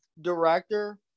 director